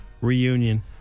Reunion